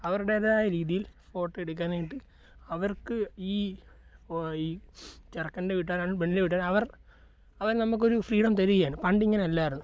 അവരുടേതായ രീതിയിൽ ഫോട്ടോ എടുക്കാനായിട്ട് അവർക്ക് ഈ ഓഹ് ഈ ചെറുക്കൻ്റെ വീട്ടുകാരാണെങ്കിലും പെണ്ണിൻ്റെ വീട്ടുകാരാണെങ്കിലും അവർ അവർ നമുക്കൊരു ഫ്രീഡം തരികയാണ് പണ്ടിങ്ങനെ അല്ലായിരുന്നു